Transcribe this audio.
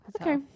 Okay